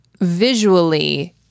visually